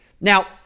Now